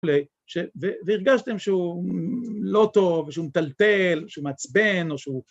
‫והרגשתם שהוא לא טוב, ‫שהוא מטלטל, שהוא מעצבן או שהוא...